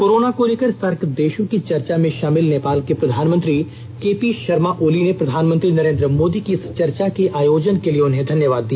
corona को लेकर SAARC देषों की चर्चा में शामिल नेपाल के प्रधानमंत्री केपी शर्मा ओली ने प्रधानमंत्री नरेन्द्र मोदी की इस चर्चा के आयोजन के लिए उन्हें धन्यवाद दिया